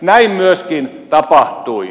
näin myöskin tapahtui